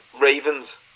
Ravens